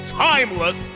timeless